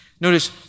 Notice